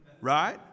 right